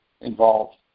involved